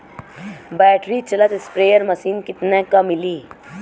Battery चलत sprayer machine कितना क मिली?